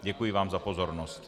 Děkuji vám za pozornost.